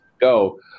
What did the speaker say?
go